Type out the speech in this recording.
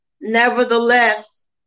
nevertheless